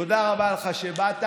תודה רבה לך שבאת.